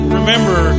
remember